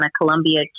Columbia